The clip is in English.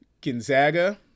Gonzaga